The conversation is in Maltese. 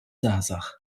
żgħażagħ